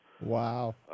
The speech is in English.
Wow